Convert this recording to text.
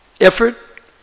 effort